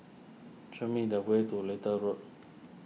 show me the way to Little Road